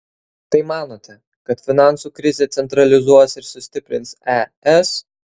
tai manote kad finansų krizė centralizuos ir sustiprins es